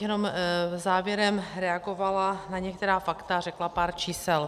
Jenom bych závěrem reagovala na některá fakta a řekla pár čísel.